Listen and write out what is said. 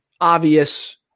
obvious